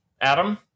Adam